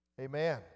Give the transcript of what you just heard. Amen